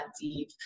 deep